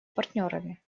партнерами